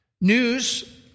news